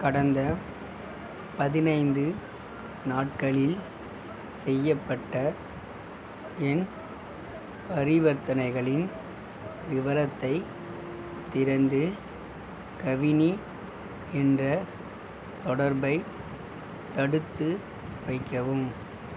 கடந்த பதினைந்து நாட்களில் செய்யப்பட்ட என் பரிவர்த்தனைகளின் விவரத்தைத் திறந்து கவினி என்ற தொடர்பைத் தடுத்து வைக்கவும்